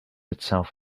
itself